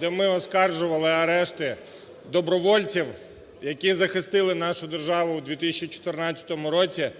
де ми оскаржували арешти добровольців, які захистили нашу державу у 2014 році,